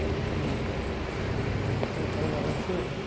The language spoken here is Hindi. ऐसे सब कारोबार अच्छे हैं